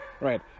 right